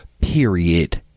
period